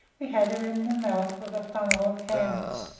we had her in the mouth of a funnel of canvas,